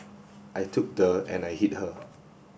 I took the and I hit her